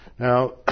Now